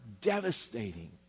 devastating